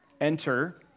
Enter